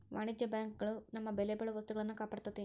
ವಾಣಿಜ್ಯ ಬ್ಯಾಂಕ್ ಗಳು ನಮ್ಮ ಬೆಲೆಬಾಳೊ ವಸ್ತುಗಳ್ನ ಕಾಪಾಡ್ತೆತಿ